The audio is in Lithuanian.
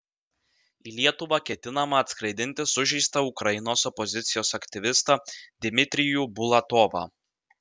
į lietuvą ketinama atskraidinti sužeistą ukrainos opozicijos aktyvistą dmitrijų bulatovą